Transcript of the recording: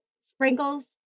sprinkles